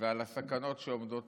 ועל הסכנות שעומדות